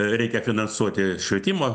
reikia finansuoti švietimo